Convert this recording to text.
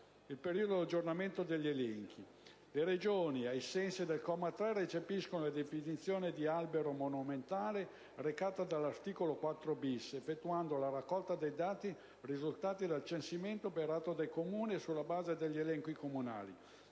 il periodico aggiornamento degli elenchi regionali e comunali. Le Regioni, ai sensi del comma 3, recepiscono la definizione di albero monumentale recata dall'articolo 6, effettuano la raccolta dei dati risultanti dal censimento operato dai Comuni e, sulla base degli elenchi comunali,